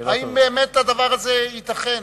האם הדבר הזה ייתכן?